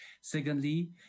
Secondly